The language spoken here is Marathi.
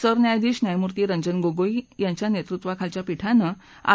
सरन्यायाधीश न्यायमूर्ती रंजन गोगोई नेतृत्वाखालच्या पीठानं आर